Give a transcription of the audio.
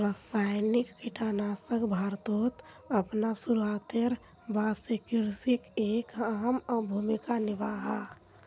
रासायनिक कीटनाशक भारतोत अपना शुरुआतेर बाद से कृषित एक अहम भूमिका निभा हा